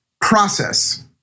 process